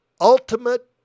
ultimate